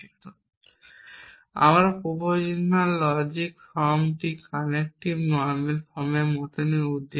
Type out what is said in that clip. এবং আমরা proposition logic clause ফর্মটি কনজেক্টিভ নরমাল ফর্মের মতোই উদ্বিগ্ন